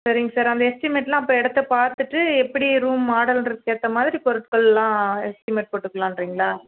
சரிங்க சார் அந்த எஸ்டிமேட்டெல்லாம் அப்போ இடத்த பார்த்துட்டு எப்படி ரூம் மாடல்ன்றதுக்கு ஏற்ற மாதிரி பொருட்களெல்லாம் எஸ்டிமேட் போட்டுக்கலாங்கறீங்களா